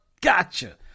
Gotcha